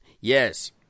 Yes